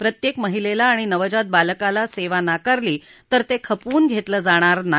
प्रत्येक महिलेला आणि नवजात बालकाला सेवा नकारली तर ते खपवून घेतलं जाणार नाही